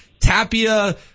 Tapia